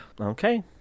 Okay